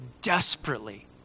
desperately